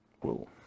Whoa